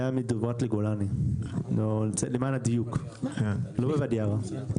היה מדברת לגולני; לא בוואדי ערה.